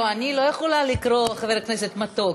לא, אני לא יכולה לקרוא "חבר כנסת מתוק".